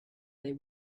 they